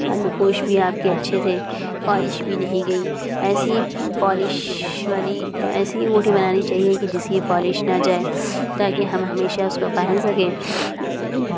اور نقوش بھی آپ کے اچھے تھے پالش بھی نہیں گئی ایسی پالش والی ایسی ہی انگوٹھی بنانی چاہیے کہ جس کی پالش نہ جائے تاکہ ہم ہمیشہ اس کو پہن سکیں